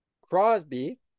Crosby